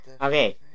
Okay